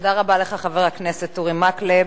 תודה רבה לך, חבר הכנסת אורי מקלב.